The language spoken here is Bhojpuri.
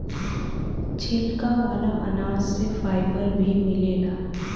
छिलका वाला अनाज से फाइबर भी मिलेला